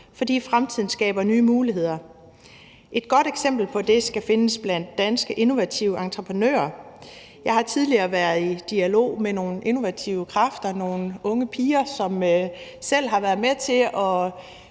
for fremtiden skaber nye muligheder. Et godt eksempel på det skal findes blandt danske innovative entreprenører. Jeg har tidligere været i dialog med nogle innovative kræfter, nogle unge piger, som selv har været med til at